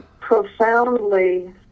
profoundly